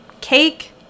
cake